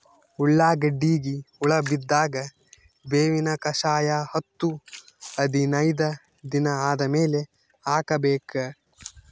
ಉಳ್ಳಾಗಡ್ಡಿಗೆ ಹುಳ ಬಿದ್ದಾಗ ಬೇವಿನ ಕಷಾಯ ಹತ್ತು ಹದಿನೈದ ದಿನ ಆದಮೇಲೆ ಹಾಕಬೇಕ?